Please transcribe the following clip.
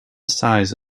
size